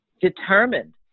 determined